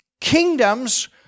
kingdoms